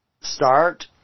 start